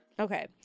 Okay